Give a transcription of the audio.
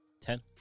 Ten